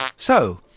so,